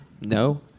no